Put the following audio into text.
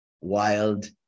Wild